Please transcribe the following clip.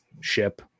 ship